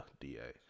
D-A